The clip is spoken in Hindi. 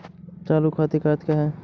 चालू खाते का क्या अर्थ है?